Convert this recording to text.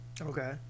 Okay